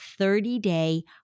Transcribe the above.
30-day